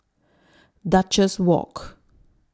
Duchess Walk